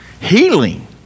Healing